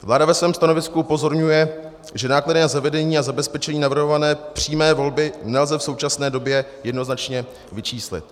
Vláda ve svém stanovisku upozorňuje, že náklady na zavedení a zabezpečení navrhované přímé volby nelze v současné době jednoznačně vyčíslit.